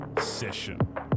session